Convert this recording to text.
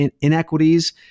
inequities